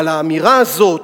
אבל האמירה הזאת: